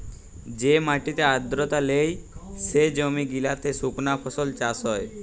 যে মাটিতে আদ্রতা লেই, সে জমি গিলাতে সুকনা ফসল চাষ হ্যয়